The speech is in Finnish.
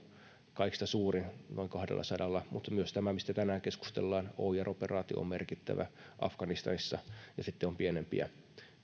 kaikista suurin noin kahdellasadalla mutta myös tämä oir operaatio mistä tänään keskustellaan on merkittävä afganistan on ja sitten on pienempiä